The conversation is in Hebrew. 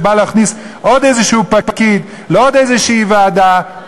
שבא להכניס עוד איזה פקיד לעוד איזו ועדה,